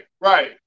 right